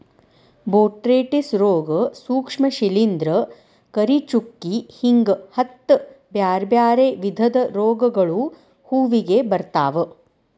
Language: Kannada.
ಬೊಟ್ರೇಟಿಸ್ ರೋಗ, ಸೂಕ್ಷ್ಮ ಶಿಲಿಂದ್ರ, ಕರಿಚುಕ್ಕಿ ಹಿಂಗ ಹತ್ತ್ ಬ್ಯಾರ್ಬ್ಯಾರೇ ವಿಧದ ರೋಗಗಳು ಹೂವಿಗೆ ಬರ್ತಾವ